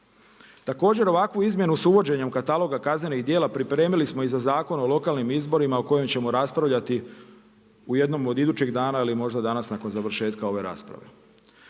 Također ovakvu izmjenu s uvođenjem kataloga kaznenih djela pripremili smo i za Zakon o lokalnim izborima o kojem ćemo raspravljati u jednom od idućeg dana ili možda danas nakon završetka ove rasprave.